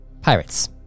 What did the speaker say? Pirates